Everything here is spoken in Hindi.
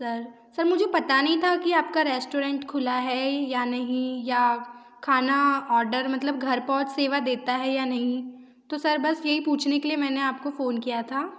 सर सर व मुझे पता नहीं था कि आपका रेस्टोरेंट खुला है या नहीं या खाना आर्डर मतलब घर पहुँच सेवा देता है या नहीं तो सर बस यही पूछने के लिए मैंने आपको फ़ोन किया था